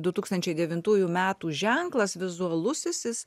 du tūkstančiai devintųjų metų ženklas vizualusisis